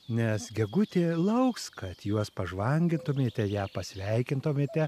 nes gegutė lauks kad juos pas žvangintumėte ją pasveikintumėte